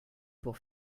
pour